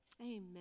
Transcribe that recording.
Amen